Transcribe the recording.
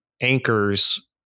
anchors